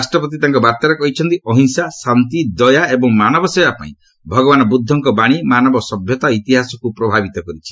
ରାଷ୍ଟ୍ରପତି ତାଙ୍କ ବାର୍ତ୍ତାରେ କହିଛନ୍ତି ଅହିଂସା ଶାନ୍ତି ଦୟା ଏବଂ ମାନବ ସେବା ପାଇଁ ଭଗବାନ ବୃଦ୍ଧଙ୍କ ବାଶୀ ମାନବ ସଭ୍ୟତା ଓ ଇତିହାସକୁ ପ୍ରଭାବିତ କରିଛି